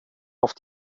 auf